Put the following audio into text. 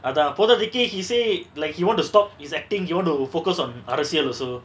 அதா போதாதிக்கு:atha pothaathiku he say like he want to stop his acting he want to focus on arasiyal also